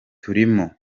turimo